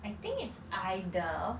I think it's either